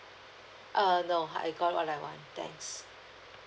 err no I got what I want thanks